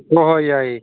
ꯍꯣꯏ ꯍꯣꯏ ꯌꯥꯏꯌꯦ